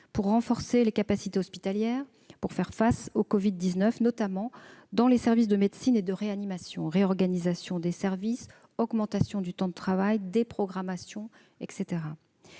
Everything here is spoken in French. pour renforcer les capacités hospitalières et faire face au covid-19, notamment dans les services de médecine et de réanimation : réorganisation des services, augmentation du temps de travail, déprogrammations, etc.